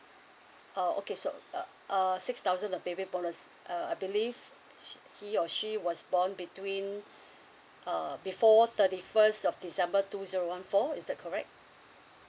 oh okay so uh err six thousand the baby bonus uh I believe he or she was born between uh before thirty first of december two zero one four is that correct